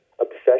obsession